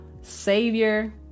Savior